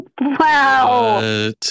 Wow